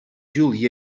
ҫул